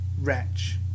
wretch